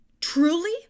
truly